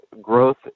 growth